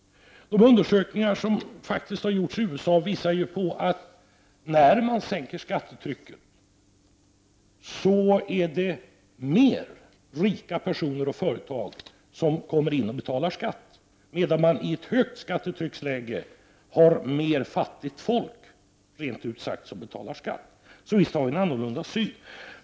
De undersökningar som har gjorts i USA visar på att fler rika personer och företag betalar skatt när man sänker skatten. I ett läge med högt skattetryck är det däremot mera fattigt folk, rent ut sagt, som betalar skatt. Visst ser vi olika på detta.